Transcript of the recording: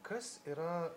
kas yra